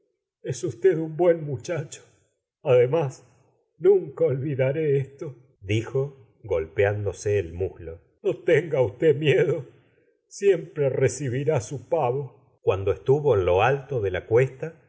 es usted un buen muchacho ade más nunca olvidaré esto dijo golpeándose el muslo no tenga usted miedo siempre recibirá su pavo cuando estuvo en lo alto de la cuesta